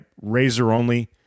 razor-only